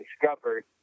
discovered